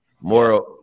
more